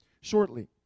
shortly